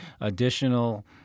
additional